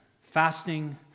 Fasting